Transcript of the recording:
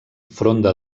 fronda